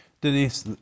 Denise